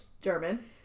German